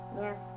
Yes